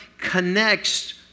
connects